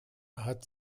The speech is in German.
hat